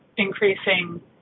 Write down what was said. increasing